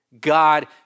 God